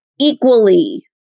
equally